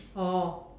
oh